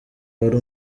wari